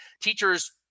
teachers